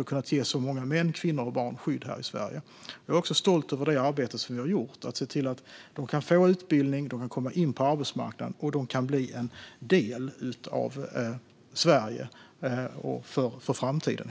har kunnat ge så många män, kvinnor och barn skydd här i Sverige. Jag är också stolt över det arbete som vi har gjort för att se till att de kan få utbildning, komma in på arbetsmarknaden och bli en del av Sverige för framtiden.